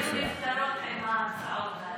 הלוואי שהבעיות היו נפתרות עם ההצעות האלה.